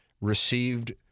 received